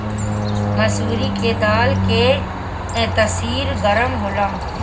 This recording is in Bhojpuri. मसूरी के दाल के तासीर गरम होला